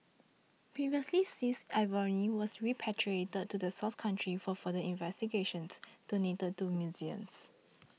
previously seized ivory was repatriated to the source country for further investigations donated to museums